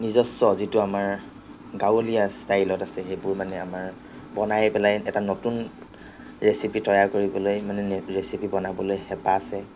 নিজস্ব যিটো আমাৰ গাঁৱলীয়া ষ্টাইলত আছে সেইবোৰ মানে আমাৰ বনাই পেলাই এটা নতুন ৰেচিপি তৈয়াৰ কৰিবলৈ মানে ৰেচিপি বনাবলৈ হেঁপাহ আছে